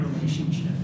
relationship